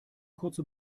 kurze